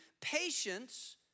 Patience